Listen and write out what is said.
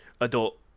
adult